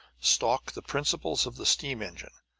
stalked the principles of the steam engine,